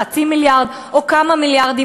חצי מיליארד או כמה מיליארדים,